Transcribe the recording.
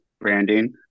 branding